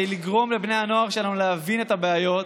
לגרום לבני הנוער שלנו להבין את הבעיות,